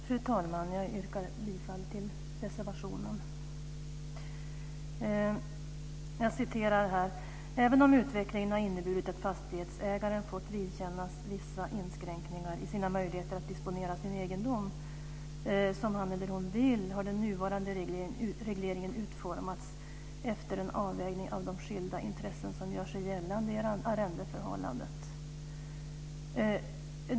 Fru talman! Jag yrkar bifall till reservationen. "Även om utvecklingen inneburit att fastighetsägaren fått vidkännas vissa inskränkningar i sina möjligheter att disponera sin egendom som han eller hon vill har den nuvarande regleringen utformats efter en avvägning av de skilda intressen som gör sig gällande i ett arrendeförhållande."